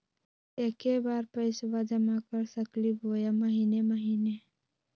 एके बार पैस्बा जमा कर सकली बोया महीने महीने?